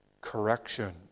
correction